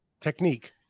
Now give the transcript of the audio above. technique